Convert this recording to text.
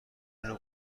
اینو